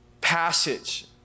passage